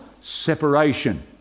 separation